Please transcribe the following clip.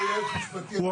הוא